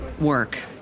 work